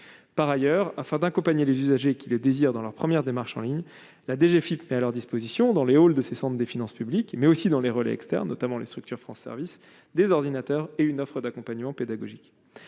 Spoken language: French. par ailleurs, afin d'un compagnon, les usagers qui le désirent dans leurs premières démarches en ligne la DGFIP met à leur disposition dans le Hall de ses cendres des finances publiques, mais aussi dans les relais externes, notamment les structures France, service des ordinateurs et une offre d'accompagnement pédagogique,